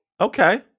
okay